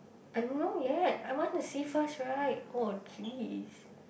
I don't know yet I want to see first right oh geez